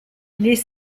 les